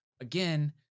Again